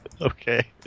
Okay